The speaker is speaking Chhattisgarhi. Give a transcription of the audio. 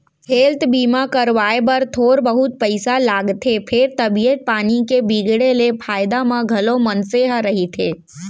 हेल्थ बीमा करवाए बर थोर बहुत पइसा लागथे फेर तबीयत पानी के बिगड़े ले फायदा म घलौ मनसे ह रहिथे